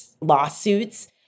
lawsuits